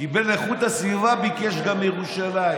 קיבל את איכות הסביבה, ביקש גם את ירושלים.